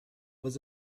was